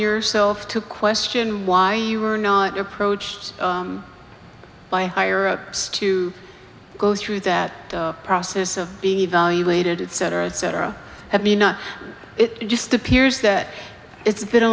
yourself to question why you were not approached by higher ups to go through that process of being evaluated cetera et cetera let me know it just appears that it's been a